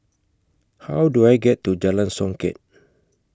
How Do I get to Jalan Songket